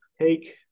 take